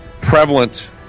prevalent